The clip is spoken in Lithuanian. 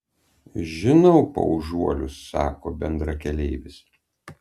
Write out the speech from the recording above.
žinau paužuolius sako bendrakeleivis